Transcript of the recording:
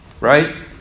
Right